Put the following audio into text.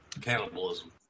cannibalism